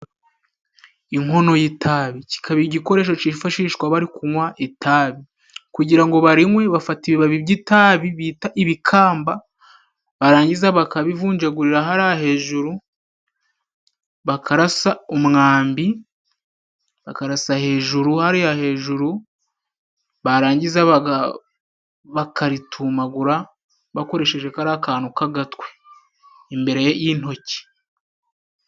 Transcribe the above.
Inkono y'itabi, kikaba igikoresho cyifashishwa bari kunywa itabi. Kugira ngo barinywe bafata ibibabi by'itabi bita ibikamba, barangiza bakabivunjagurira hariya hejuru, bakarasa umwambi, bakarasa hejuru hariya hejuru, barangiza bakaritumagura bakoresheje kariya kantu k'agatwe imbere y'intoki.